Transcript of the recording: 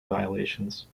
violations